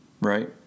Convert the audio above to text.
right